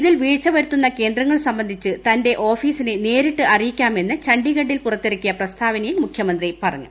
ഇതിൽ വീഴ്ച വരുത്തുന്ന കേന്ദ്രങ്ങൾ സംബന്ധിച്ച് തന്റെ ഓഫീസിനെ നേരിട്ട് അറിയിക്കാമെന്ന് ഛണ്ഡിഗഡിൽ പുറത്തിറക്കിയ പ്രസ്താവനയിൽ മുഖ്യമന്ത്രി പറഞ്ഞു